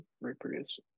reproduce